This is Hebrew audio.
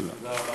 תודה.